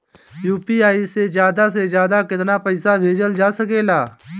UPI से ज्यादा से ज्यादा केतना पईसा भेजल जा सकेला?